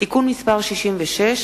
(תיקון מס' 66),